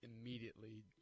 immediately